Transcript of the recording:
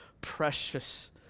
precious